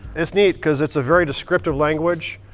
it's neat because it's a very descriptive language.